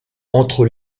entre